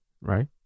right